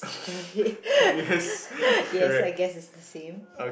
the head yes I guess it's the same